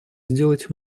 сделать